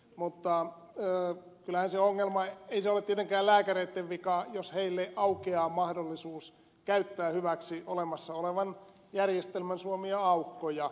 mutta ei se ole tietenkään lääkäreitten vika jos heille aukeaa mahdollisuus käyttää hyväksi olemassa olevan järjestelmän suomia aukkoja